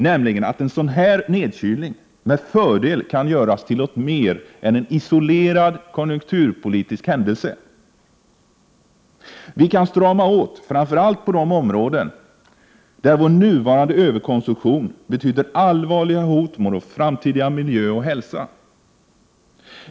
Vi sade att en sådan här Aso mt... nedkylning med fördel kan göras till något mer än en isolerad konjunkturpolitisk händelse. Vikan strama åt framför allt på de områden där vår nuvarande överkonsumtion betyder allvarliga hot mot vår framtida miljö och hälsa.